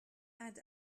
add